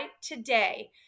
today